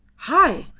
hai!